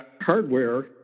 hardware